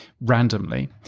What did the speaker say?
randomly